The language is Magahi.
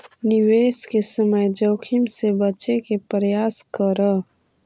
निवेश के समय जोखिम से बचे के प्रयास करऽ